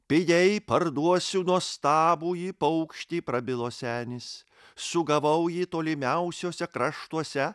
pigiai parduosiu nuostabųjį paukštį prabilo senis sugavau jį tolimiausiuose kraštuose